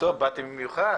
באתי במיוחד.